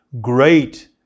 great